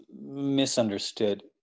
misunderstood